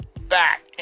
back